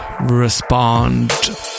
Respond